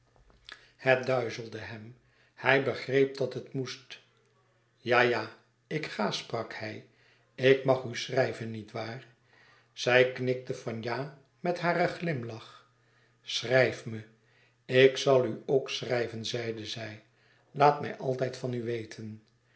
het duizelde hem hij begreep dat het moest ja ja ik ga sprak hij ik mag u schrijven niet waar zij knikte van ja met haren glimlach schrijf me ik zal u ook schrijven zeide zij laat mij altijd van u weten